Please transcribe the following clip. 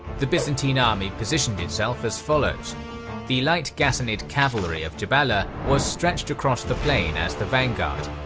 the byzantine army positioned itself as follows the light ghassanid cavalry of jabala was stretched across the plain as the vanguard,